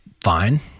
fine